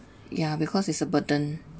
ya because is a burden